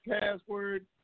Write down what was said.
password